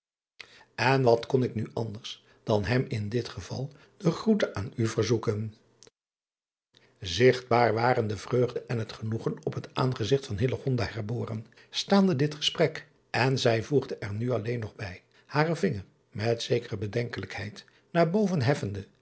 n wat kon ik nu anders dan hem in dit geval de groete aan u verzoeken igtbaar waren de vreugde en het genoegen op het aangezigt van herboren staande dit gesprek en zij voegde er nu alleen nog bij haren vinger met zekere bedenkelijkheid naar boven heffende